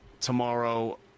tomorrow